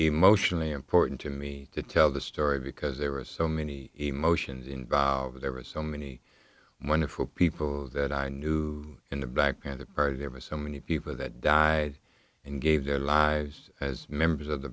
emotionally important to me to tell the story because there were so many emotions involved ever so many wonderful people that i knew in the background the part of ever so many people that died and gave their lives as members of the